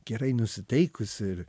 gerai nusiteikus ir